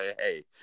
Hey